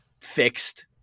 fixed